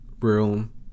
room